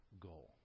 goal